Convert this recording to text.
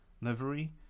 livery